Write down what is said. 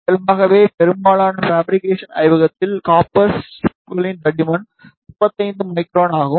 இயல்பாகவே பெரும்பாலான பாபிரிகேஷன் ஆய்வகத்தில் காப்பர் ஸ்ட்ரிப்களின் தடிமன் 35 மைக்ரான் ஆகும்